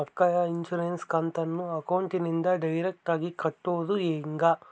ಮಕ್ಕಳ ಇನ್ಸುರೆನ್ಸ್ ಕಂತನ್ನ ಅಕೌಂಟಿಂದ ಡೈರೆಕ್ಟಾಗಿ ಕಟ್ಟೋದು ಹೆಂಗ?